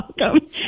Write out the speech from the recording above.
welcome